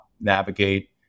navigate